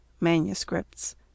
Manuscripts